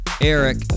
Eric